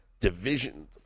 Division